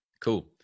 cool